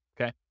okay